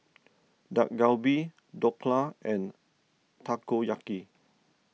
Dak Galbi Dhokla and Takoyaki